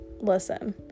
listen